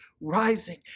rising